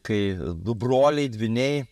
kai du broliai dvyniai